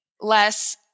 less